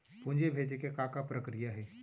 पूंजी भेजे के का प्रक्रिया हे?